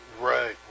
Right